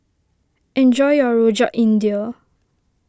enjoy your Rojak India